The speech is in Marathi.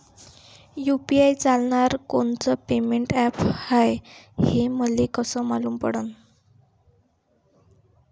यू.पी.आय चालणारं कोनचं पेमेंट ॲप हाय, हे मले कस मालूम पडन?